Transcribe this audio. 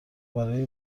برای